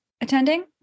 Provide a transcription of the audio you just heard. attending